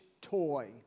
Toy